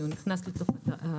הוא נכנס לחישובים.